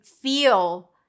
feel